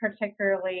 particularly